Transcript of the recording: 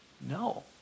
No